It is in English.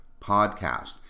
podcast